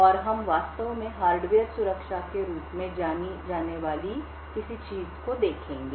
और हम वास्तव में हार्डवेयर सुरक्षा के रूप में जानी जाने वाली किसी चीज़ को देखेंगे